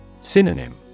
Synonym